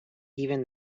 even